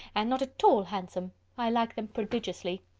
and not at all handsome i like them prodigiously.